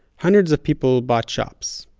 hundreds of people bought shops,